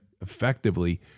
effectively